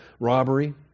robbery